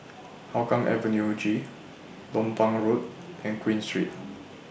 Hougang Avenue G Lompang Road and Queen Street